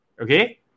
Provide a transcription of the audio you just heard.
Okay